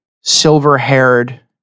silver-haired